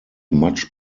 much